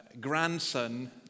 grandson